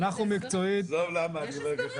אולי תסביר למה?